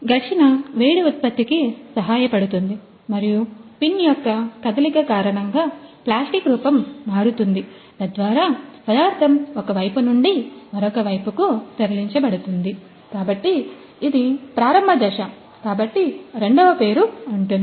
ఘర్షణ వేడి ఉత్పత్తికి సహాయపడుతుంది మరియు పిన్ యొక్క కదలిక కారణంగా ప్లాస్టిక్ రూపం మారుతుంది తద్వారా పదార్థం ఒక వైపు నుండి మరొక వైపుకు తరలించబడుతుంది కాబట్టి ఇది ప్రారంభ దశ కాబట్టి రెండవ పేరు ఉంటుంది